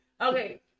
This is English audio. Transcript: Okay